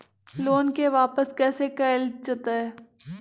Loan के वापस कैसे कैल जतय?